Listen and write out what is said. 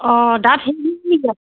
অঁ দাঁত